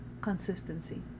consistency